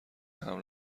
حمل